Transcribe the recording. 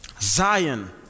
Zion